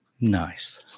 nice